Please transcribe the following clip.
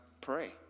pray